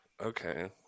Okay